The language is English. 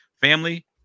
family